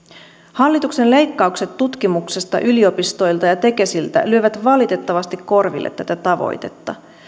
hallituksen leikkaukset tutkimuksesta yliopistoilta ja tekesiltä lyövät valitettavasti korville tätä tavoitetta